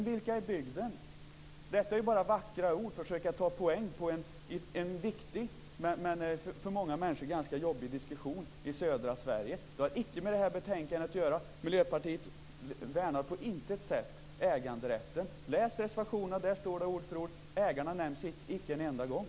Vilka är bygden? Detta är bara vackra ord för att försöka ta poäng på en viktig men ganska jobbig diskussion för många människor i södra Sverige. Det har icke med det här betänkandet att göra. Miljöpartiet värnar på intet sätt äganderätten. Läs reservationen! Där står detta ord för ord, och ägarna nämns icke en enda gång.